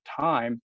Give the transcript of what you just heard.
time